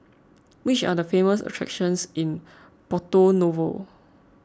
which are the famous attractions in Porto Novo